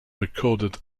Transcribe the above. recorded